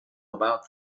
about